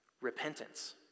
repentance